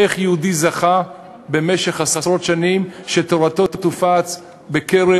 איך יהודי זכה במשך עשרות שנים שתורתו תופץ בקרב